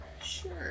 Sure